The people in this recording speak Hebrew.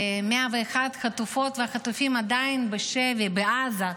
ו-101 חטופות וחטופים עדיין בשבי בעזה,